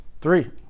Three